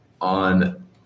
on